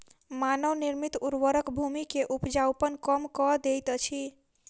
मानव निर्मित उर्वरक भूमि के उपजाऊपन कम कअ दैत अछि